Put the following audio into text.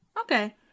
okay